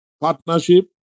partnership